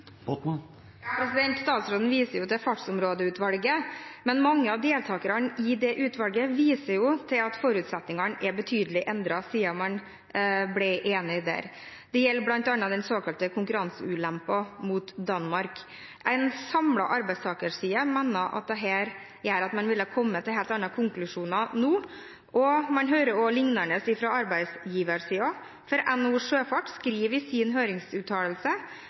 Statsråden viser til Fartsområdeutvalget, men mange av deltakerne i det utvalget viser jo til at forutsetningene er betydelig endret siden man ble enig der. Det gjelder bl.a. den såkalte konkurranseulempen mot Danmark. En samlet arbeidstakerside mener at dette gjør at man ville ha kommet til helt andre konklusjoner nå. Man hører også lignende fra arbeidsgiversiden, for NHO Sjøfart skriver i sin høringsuttalelse